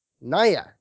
Naya